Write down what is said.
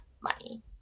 money